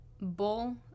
bull